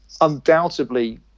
undoubtedly